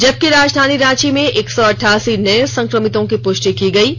जबकि राजधानी रांची में एक सौ अठासी नये संक्रमितों की पुष्टि की गयी है